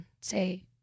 say